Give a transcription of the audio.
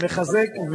מחזק,